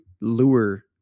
lure